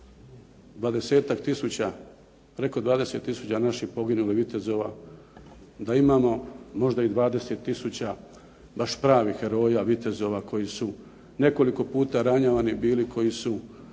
tisuća, preko 20 tisuća naših poginulih vitezova da imamo možda i 20 tisuća baš prvih heroja, vitezova koji su nekoliko puta ranjavani bili, koji su